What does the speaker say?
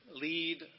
lead